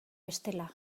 bestela